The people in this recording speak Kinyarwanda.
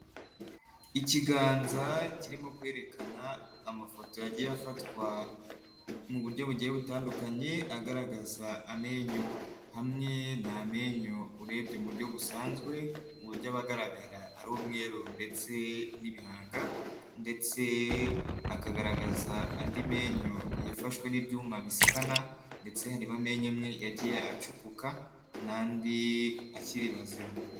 Ikiganza kirimo kwerekana amafoto yagiye afatwa mu buryo bugiye butandukanye, agaragaza amenyo hamwe, ni amenyo urebye mu buryo busanzwe, uburyo aba agaragara ari umweru ndetse n'ibihanga ndetse akagaragaza andi menyo yafashwe n'ibyuma bisikana ndetse harimo amenyo amwe yagiye acukuka n'andi akiri bazima.